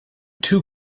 too